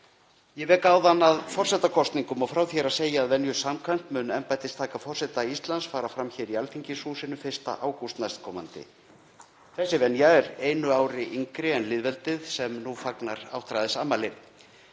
Ég vék áðan að forsetakosningum og frá því er að segja að venju samkvæmt mun embættistaka forseta Íslands fara fram hér í Alþingishúsinu 1. ágúst nk. Þessi venja er einu ári yngri en lýðveldið sem nú fagnar áttræðisafmæli.